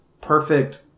perfect